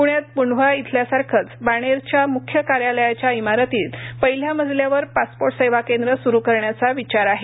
पुण्यात मुंढवा इथल्यासारखंच बाणेरच्या मुख्य कार्यालयाच्या इमारतीत पहिल्या मजल्यावर पासपोर्ट सेवा केंद्र सुरु करण्याचा विचार आहे